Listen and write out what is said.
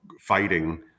fighting